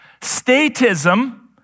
Statism